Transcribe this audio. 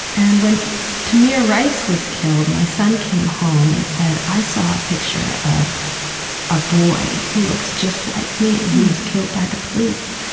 and when tamir rice was killed, my son came home and said, i saw a picture of a boy who looks just like me who was killed by the police.